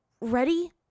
Ready